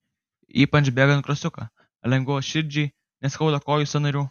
ypač bėgant krosiuką lengviau širdžiai neskauda kojų sąnarių